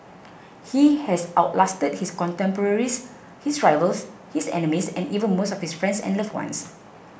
he has out lasted his contemporaries his rivals his enemies and even most of his friends and loved ones